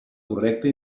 correcta